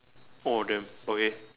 oh damn okay